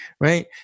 right